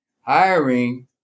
hiring